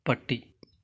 പട്ടി